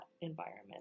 environment